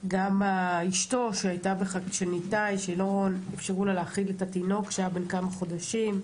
גם אשתו של ניתאי שלא אפשרו לה להאכיל את התינוק שהיה בן כמה חודשים.